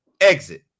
exit